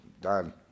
done